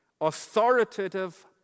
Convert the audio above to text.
authoritative